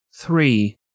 three